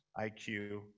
IQ